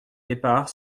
départ